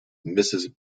mrs